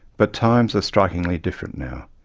but times are strikingly different now.